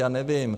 Já nevím.